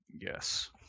Yes